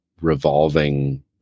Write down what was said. revolving